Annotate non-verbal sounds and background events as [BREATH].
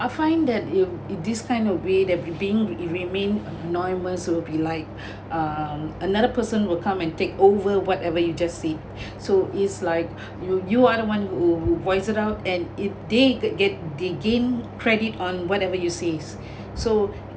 I find that if if this kind of way that being remain anonymous will be like [BREATH] um another person will come and take over whatever you just said [BREATH] so is like [BREATH] you you are the one who voice it out and if they could get they gain credit on whatever you says [BREATH] so